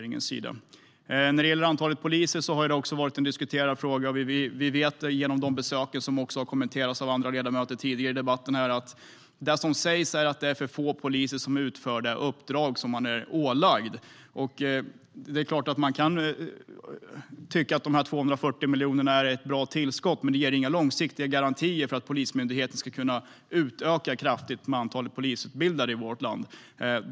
När det gäller antalet poliser har det varit en diskuterad fråga. Vi vet genom de besök som andra ledamöter har kommenterat tidigare i debatten att det som sägs är att det är för få poliser som ska utföra de uppdrag som de ålagts. Det är klart att man kan tycka att de 280 miljonerna är ett bra tillskott, men det ger inga långsiktiga garantier för att Polismyndigheten kraftigt ska kunna utöka antalet polisutbildade i vårt land.